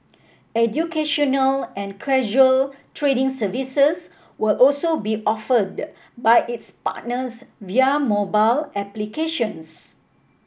educational and casual trading services will also be offered by its partners via mobile applications